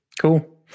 cool